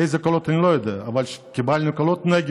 איזה קולות, אני לא יודע, אבל קיבלנו קולות נגד.